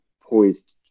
poised